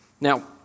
Now